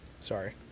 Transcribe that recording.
sorry